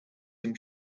him